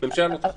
הממשלה לא תחליט.